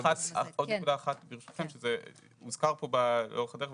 עוד נקודה אחת, ברשותכם, זה הוזכר פה לאורך הדרך,